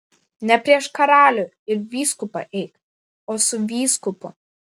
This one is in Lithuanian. ne prieš karalių ir vyskupą eik o su vyskupu